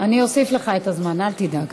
אני אוסיף לך את הזמן, אל תדאג.